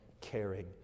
caring